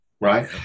right